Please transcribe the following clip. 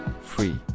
free